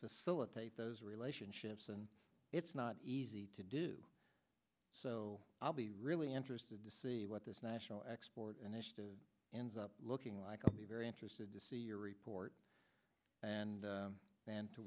facilitate those relationships and it's not easy to do so i'll be really interested to see what this national export initiative and up looking like a be very interested to see your report and